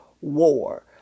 war